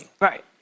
Right